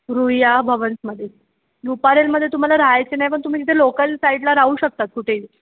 रुईया भवन्समध्ये रुपारेलमध्ये तुम्हाला राहायची नाही पण तुम्ही तिथे लोकल साईडला राहू शकतात कुठेही